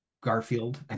Garfield